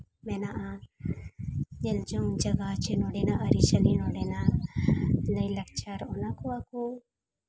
ᱢᱮᱱᱟᱜᱼᱟ ᱧᱮᱞ ᱡᱚᱝ ᱡᱟᱭᱜᱟ ᱪᱮ ᱱᱚᱰᱮᱱᱟᱜ ᱟᱹᱨᱤᱼᱪᱟᱹᱞᱤ ᱱᱚᱰᱮᱱᱟᱜ ᱞᱟᱹᱭᱼᱞᱟᱠᱪᱟᱨ ᱚᱱᱟ ᱠᱚ ᱟᱠᱚ